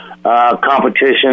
Competition